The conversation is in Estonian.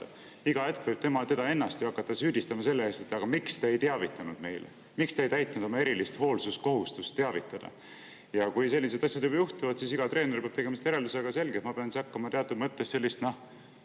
Iga hetk võib ju teda ennast hakata süüdistama selle eest, et aga miks te ei teavitanud meid ega täitnud oma erilist hoolsuskohustust teavitada. Ja kui sellised asjad juba juhtuvad, siis iga treener peab tegema sellest lihtsalt järelduse, et selge, ma pean siis hakkama teatud mõttes sellist